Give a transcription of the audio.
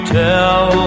tell